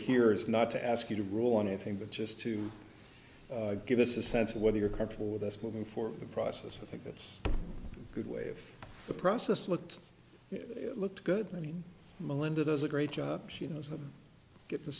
here is not to ask you to rule on anything but just to give us a sense of whether you're comfortable with us moving for the process i think that's a good way if the process looked looked good i mean melinda does a great job as you know get the